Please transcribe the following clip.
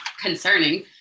concerning